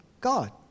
God